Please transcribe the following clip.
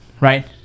right